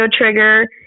trigger